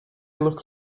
look